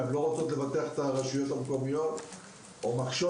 הן לא רוצות לבטח את הרשויות המקומיות או מקשות